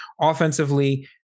Offensively